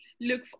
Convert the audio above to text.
look